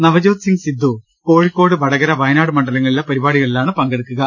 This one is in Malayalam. നവജോദ് സിങ് സിദ്ദു കോഴിക്കോട് വട കര വയനാട് മണ്ഡലങ്ങളിലെ പരിപാടികളിലാണ് പങ്കെടുക്കുക